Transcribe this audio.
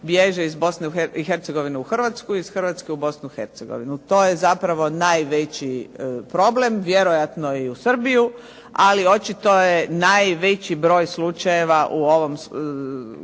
bježe iz Bosne i Hercegovine u Hrvatsku iz Hrvatske u Bosnu i Hercegovinu. To je zapravo najveći problem. Vjerojatno i u Srbiju. Ali očito je najveći broj slučajeva u ovom